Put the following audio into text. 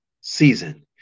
season